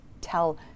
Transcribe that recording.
tell